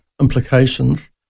implications